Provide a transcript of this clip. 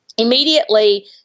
Immediately